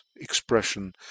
expression